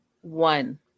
One